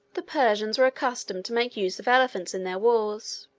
the persians were accustomed to make use of elephants in their wars.